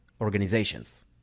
organizations